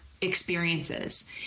experiences